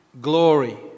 glory